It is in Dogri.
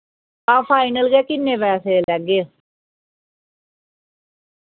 हां फाइनल गै किन्ने पैहे लैगे